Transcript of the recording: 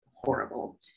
horrible